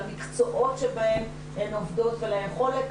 למקצועות שבהן הן עובדות וליכולת,